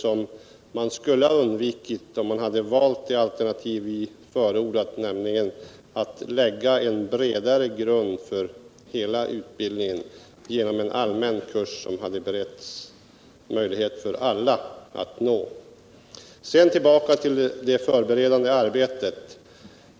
Dessa skulle ha kunnat undvikas om man valt det alternativ vi förordat, nämligen att lägga en bredare grund för hela utbildningen genom en allmän kurs som alla har möjlighet att nå. Jag vill sedan gå tillbaka till frågan om det förberedande arbetet.